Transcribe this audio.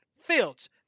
Fields